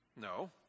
No